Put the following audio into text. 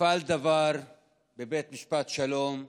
נפל דבר בבית משפט השלום אתמול,